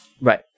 right